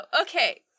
Okay